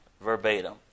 verbatim